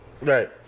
Right